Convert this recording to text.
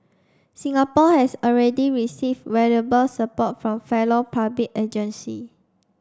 Singapore has already received valuable support from fellow public agency